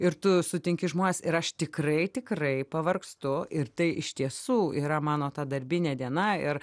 ir tu sutinki žmones ir aš tikrai tikrai pavargstu ir tai iš tiesų yra mano ta darbinė diena ir